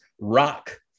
Rock